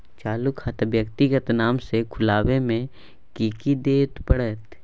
चालू खाता व्यक्तिगत नाम से खुलवाबै में कि की दिये परतै?